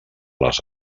les